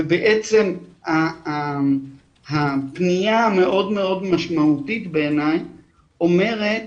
ובעצם הפניה המאוד מאוד משמעותית בעיני אומרת